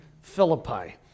Philippi